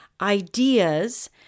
ideas